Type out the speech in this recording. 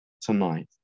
tonight